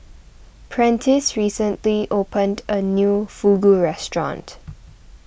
Prentiss recently opened a new Fugu restaurant